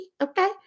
okay